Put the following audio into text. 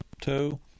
Two